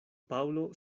paŭlo